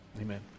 Amen